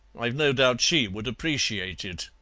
i've no doubt she would appreciate it.